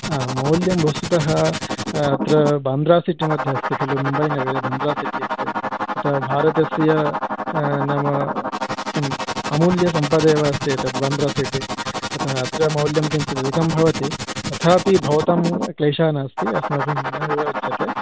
हा मौल्यं वस्तुतः अत्र बान्ध्रा सिटिमध्ये अस्ति मुम्बै नगरे बान्द्रा सिटि अस्ति अतः भारतस्य नाम किम् अमूल्यसम्पदेव अस्ति एतद् बान्द्रा सिटि अतः अत्र मौल्यं किञ्चिदधिकं भवति तथापि भवतां क्लेशः नास्ति अस्माभिः न्यूनमेव उच्यते